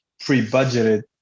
pre-budgeted